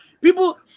People